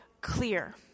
clear